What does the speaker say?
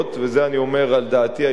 ואת זה אני אומר על דעתי האישית,